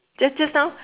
just just now